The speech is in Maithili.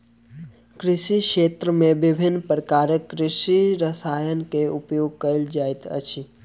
कृषि क्षेत्र में विभिन्न प्रकारक कृषि रसायन के उपयोग कयल जाइत अछि